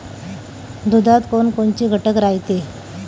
दुधात कोनकोनचे घटक रायते?